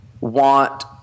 want